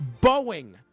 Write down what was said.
Boeing